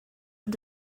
ond